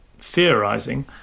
theorizing